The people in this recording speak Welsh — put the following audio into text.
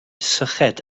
syched